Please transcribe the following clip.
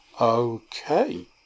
Okay